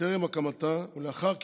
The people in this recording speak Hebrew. בטרם הקמתה ולאחר כינונה.